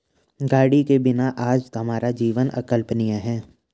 गाड़ी के बिना आज हमारा जीवन अकल्पनीय है